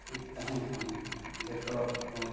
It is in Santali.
ᱴᱷᱤᱠ ᱛᱟᱦᱮᱱ ᱠᱷᱟᱱ ᱡᱚᱛᱚ ᱦᱚᱲ